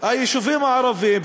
שהיישובים הערביים,